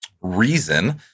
reason